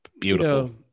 Beautiful